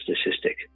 statistic